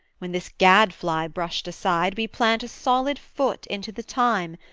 when, this gad-fly brushed aside, we plant a solid foot into the time,